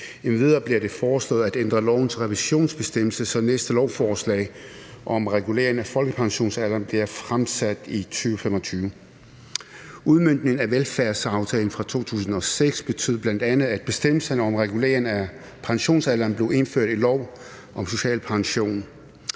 Endvidere bliver det foreslået at ændre lovens revisionsbestemmelse, så det næste lovforslag om en regulering af folkepensionsalderen bliver fremsat i 2025. Udmøntningen af velfærdsaftalen fra 2006 betød bl.a., at bestemmelserne om en regulering af pensionsalderen blev indført i lov om social pension.